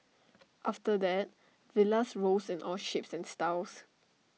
after that villas rose in all shapes and styles